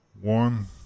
One